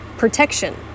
Protection